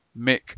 Mick